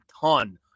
ton